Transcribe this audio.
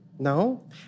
No